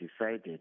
decided